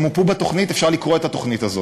הם מופו בתוכנית, ואפשר לקרוא את התוכנית הזאת: